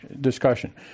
discussion